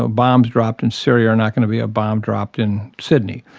ah bombs dropped in syria are not going to be a bomb dropped in sydney.